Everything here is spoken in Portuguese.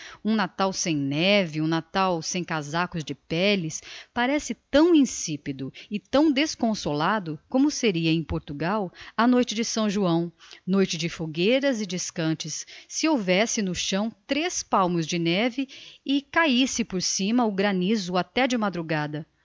um natal sem neve um natal sem casacos de pelles parece tão insipido e tão desconsolado como seria em portugal a noite de s joão noite de fogueiras e descantes se houvesse no chão tres palmos de neve e cahisse por cima o granizo até de madrugada